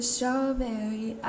strawberry